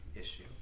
issue